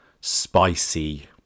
spicy